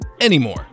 anymore